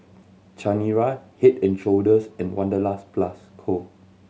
Chanira Head and Shoulders and Wanderlust Plus Co